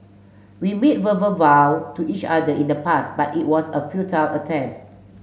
we made verbal vow to each other in the past but it was a futile attempt